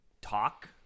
talk